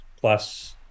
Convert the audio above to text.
plus